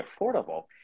affordable